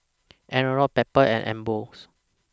Anello Pampers and Ambros